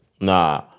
Nah